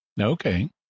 Okay